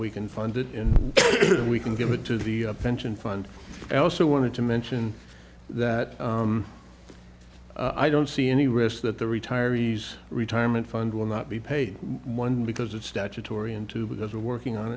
we can fund it in we can give it to the pension fund and i also wanted to mention that i don't see any risk that the retirees retirement fund will not be paid one because it's statutory into because they're working on